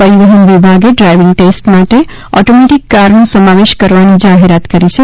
પરિવહન વિભાગે driving test માટે ઓટોમેટિક કારનો સમાવેશ કરવાની જાહેરાત કરી છે